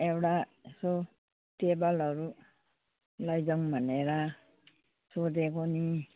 एउटा यसो टेबलहरू लैजाउँ भनेर सोधेको नि